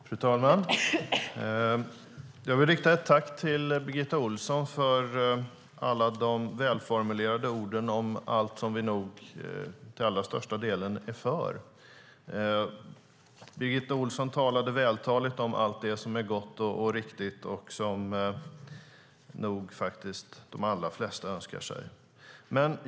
Fru talman! Jag riktar ett tack till Birgitta Ohlsson för alla de välformulerade orden om allt som vi nog till allra största delen är för. Birgitta Ohlsson talade väl om allt som är gott och riktigt och som de allra flesta nog önskar sig.